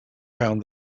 found